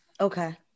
Okay